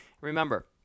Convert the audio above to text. Remember